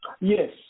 Yes